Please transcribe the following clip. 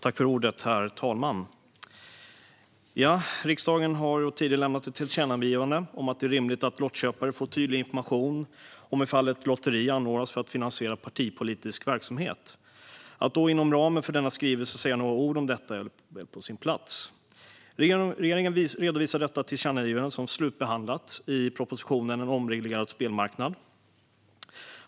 Herr talman! Riksdagen har tidigare lämnat ett tillkännagivande om att det är rimligt att lottköpare får tydlig information om ett lotteri anordnas för att finansiera partipolitisk verksamhet. Att inom ramen för skrivelsen säga några ord om detta är på sin plats. Regeringen redovisade tillkännagivandet som slutbehandlat i propositionen En omreglerad spelmarknad .